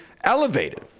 elevated